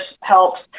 helps